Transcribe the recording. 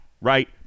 right